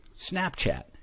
Snapchat